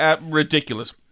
Ridiculous